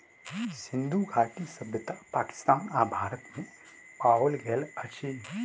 सिंधु घाटी सभ्यता पाकिस्तान आ भारत में पाओल गेल अछि